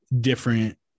different